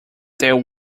there